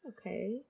okay